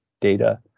data